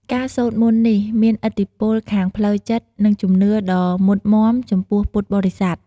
ការសូត្រមន្តនេះមានឥទ្ធិពលខាងផ្លូវចិត្ត និងជំនឿដ៏មុតមាំចំពោះពុទ្ធបរិស័ទ។